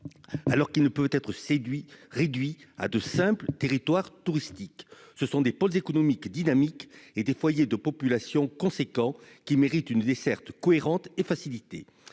alors qu'il ne peut être séduit réduits à de simples territoires touristiques, ce sont des pôle économique dynamique et des foyers de population conséquent qui mérite une desserte cohérente et faciliter,